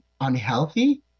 unhealthy